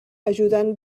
ajudant